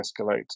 escalate